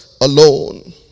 Alone